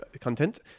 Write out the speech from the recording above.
Content